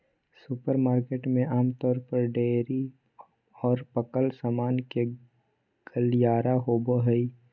supermarket में आमतौर पर डेयरी और पकल सामान के गलियारा होबो हइ